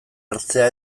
hartzea